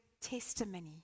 testimony